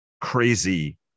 crazy